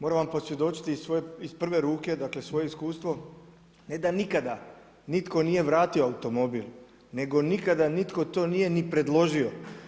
Moram vam posvjedočiti iz prve ruke, dakle, svoje iskustvo, ne da nikada, nitko nije vratio automobili, nego nikada nitko to nije niti predložio.